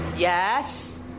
Yes